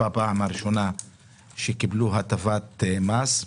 בפעם הראשונה הם קיבלו הטבת מס.